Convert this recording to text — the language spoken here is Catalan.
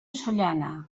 sollana